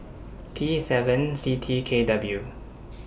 P seven C T K W